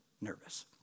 nervous